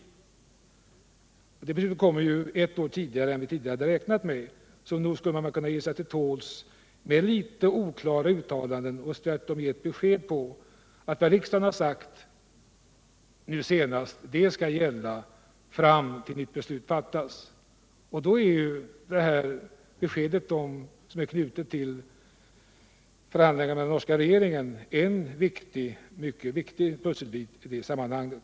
Beslutet kommer nu ett år tidigare än vad som beräknats. Nog skulle man kunna ge sig till tåls med litet oklara uttalanden och i stället ge besked om att vad riksdagen har sagt senast skall gälla fram till dess nytt beslut fattas. Det besked som är knutet till förhandlingarna med den norska regeringen är en mycket viktig pusselbit i det sammanhanget.